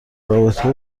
رابطه